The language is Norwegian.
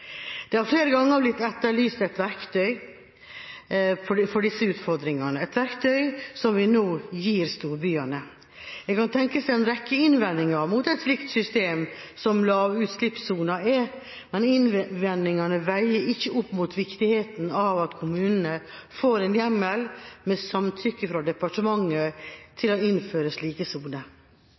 Det har flere ganger blitt etterlyst et verktøy for disse utfordringene – et verktøy vi nå gir storbyene. En kan tenke seg en rekke innvendinger mot et system som lavutslippssoner, men innvendingene veier ikke opp viktigheten av at kommunene får en hjemmel, med samtykke fra departementet, til å innføre slike soner.